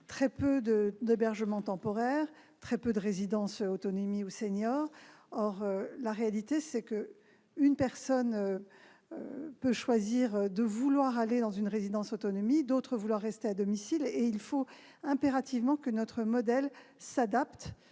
très peu d'hébergements temporaires, de résidences autonomie ou de résidences seniors. Or la réalité, c'est qu'une personne peut vouloir aller dans une résidence autonomie, une autre vouloir rester à domicile, et il faut impérativement que notre modèle s'adapte